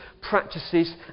practices